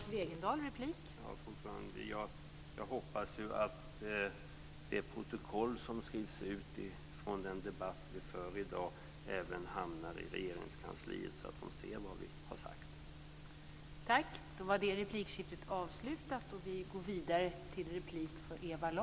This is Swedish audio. Fru talman! Jag hoppas ju att det protokoll som skrivs ut från den debatt vi för i dag även hamnar i regeringskansliet så att man där ser vad vi har sagt.